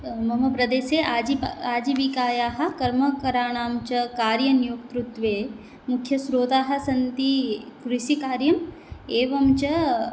मम प्रदेशे आजीविकायाः कर्मकरणां च कार्यनियुक्ते मुख्यस्रोताः सन्ति कृषिकार्यम् एवं च